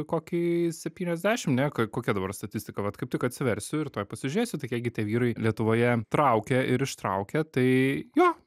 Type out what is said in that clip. kokį septyniasdešim ne kokia dabar statistika vat kaip tik atsiversiu ir tuoj pasižiūrėsiu tai kiek gi tie vyrai lietuvoje traukia ir ištraukia tai jo